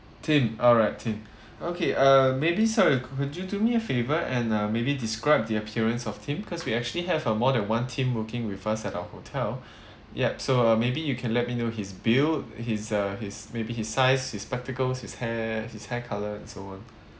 tim alright tim okay uh maybe so could you do me a favor and uh maybe describe the appearance of tim cause we actually have uh more than one tim working with us at our hotel yup so uh maybe you can let me know his build his uh his maybe his size his spectacles his hair his hair color and so on